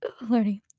learning